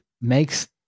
makes